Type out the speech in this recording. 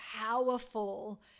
powerful